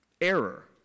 Error